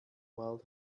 world